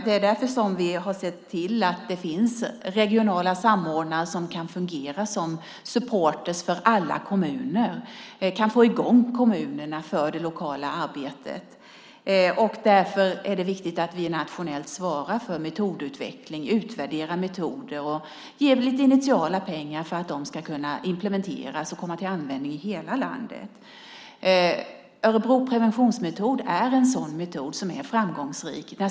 Det är därför som vi har sett till att det finns regionala samordnare som kan fungera som supportrar för alla kommuner, som kan få i gång kommunerna med det lokala arbetet. Därför är det viktigt att vi nationellt svarar för metodutveckling, utvärderar metoder och ger lite initiala pengar för att de ska kunna implementeras och komma till användning i hela landet. Örebro preventionsmetod är en sådan metod som är framgångsrik.